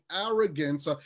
arrogance